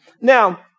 Now